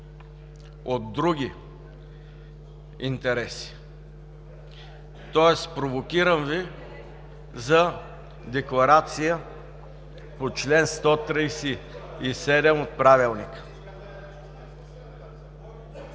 от други интереси. Тоест провокирам Ви за декларация по чл. 137 от Правилника.